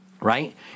right